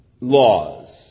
laws